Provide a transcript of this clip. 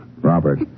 Robert